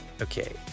Okay